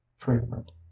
Treatment